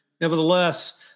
Nevertheless